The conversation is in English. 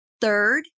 Third